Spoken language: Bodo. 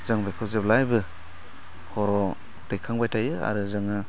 जों बेखो जेब्लायबो खर' दैखांबाय थायो आरो जोङो